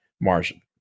margin